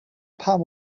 pam